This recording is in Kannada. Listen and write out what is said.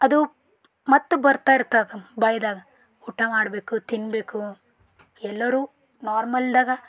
ಅದು ಮತ್ತೆ ಬರ್ತಾ ಇರ್ತದೆ ಬಾಯಿದಾಗ ಊಟ ಮಾಡಬೇಕು ತಿನ್ನಬೇಕು ಎಲ್ಲರೂ ನಾರ್ಮಲ್ದಾಗ